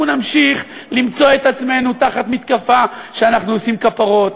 אנחנו נמשיך למצוא את עצמנו תחת מתקפה שאנחנו עושים כפרות,